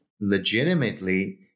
legitimately